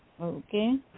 Okay